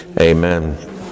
Amen